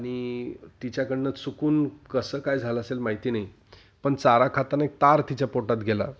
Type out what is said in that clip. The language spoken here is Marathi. आणि तिच्याकडून चुकून कसं काय झालं असेल माहिती नाही पण चारा खाताना एक तार तिच्या पोटात गेला